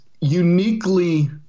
uniquely